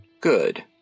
Good